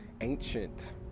ancient